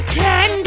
ten